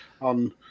on